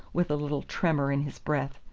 with a little tremor in his breath,